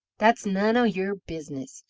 that's none o' your business,